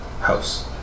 house